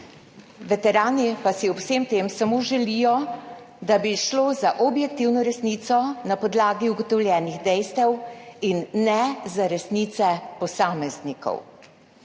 Veterani pa si ob vsem tem samo želijo, da bi šlo za objektivno resnico na podlagi ugotovljenih dejstev in ne za resnice posameznikov.